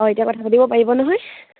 অঁ এতিয়া কথা পাতিব পাৰিব নহয়